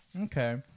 Okay